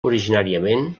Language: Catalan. originàriament